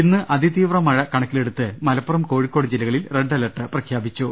ഇന്ന് അതിതീവ്ര മഴ കണക്കിലെടുത്ത് മലപ്പുറം കോഴിക്കോട് ജില്ലകളിൽ റെഡ് അലർട്ട് പ്രഖ്യാപിച്ചു